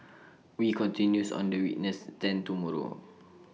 wee continues on the witness stand tomorrow